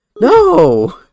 No